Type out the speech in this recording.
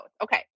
Okay